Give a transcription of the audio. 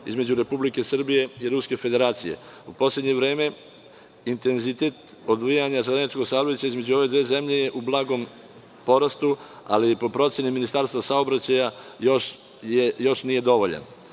između Republike Srbije i Ruske Federacije. U poslednje vreme intenzitet odvijanja železničkog saobraćaja između ove dve zemlje je u blagom porastu, ali je po proceni Ministarstva saobraćaja još nije dovoljan. Potrebno